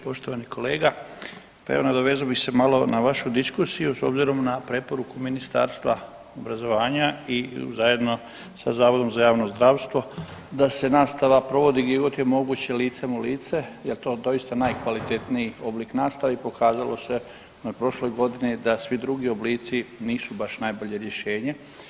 Poštovani kolega evo nadovezao bih se malo na vašu diskusiju s obzirom na preporuku Ministarstva obrazovanja i zajedno sa zavodom za javno zdravstvo da se nastava provodi gdje god je moguće licem u lice jer to je doista najkvalitetniji oblik nastave i pokazalo se na prošloj godini da svi drugi oblici nisu baš najbolje rješenje.